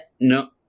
no